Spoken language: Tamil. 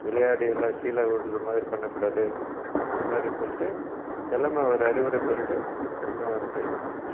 விளையாடி எல்லாம் கீழே மாதிரி பண்ணக்கூடாது அந்தமாதிரி சொல்லிட்டு எல்லாமே ஒரு அறிவுரை சொல்லிட்டு வந்தோம் அந்த பையனுக்கு